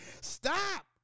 Stop